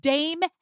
Dame